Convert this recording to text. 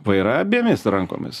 vairą abiemis rankomis